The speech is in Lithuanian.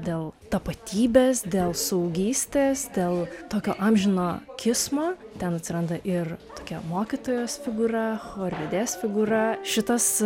dėl tapatybės dėl suaugystės dėl tokio amžino kismo ten atsiranda ir tokia mokytojos figūra choridės figūra šitas